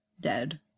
dead